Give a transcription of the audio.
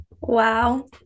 wow